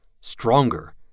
stronger